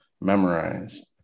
memorized